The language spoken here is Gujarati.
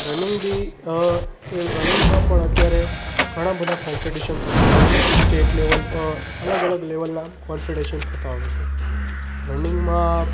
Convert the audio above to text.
રનીંગ બી રનીંગમાં પણ અત્યારે ઘણા બધા કોમ્પિટિશન થતા હોય છે સ્ટેટ લેવલ અલગ અલગ લેવલના કોમ્પિટેશન થતા હોય છે રનીંગમાં